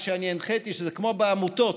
שזה יהיה כמו בעמותות,